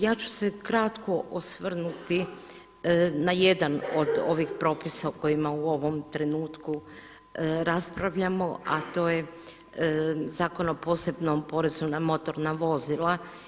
Ja ću se kratko osvrnuti na jedan od ovih propisa o kojima u ovom trenutku raspravljamo, a to je Zakon o posebnom porezu na motorna vozila.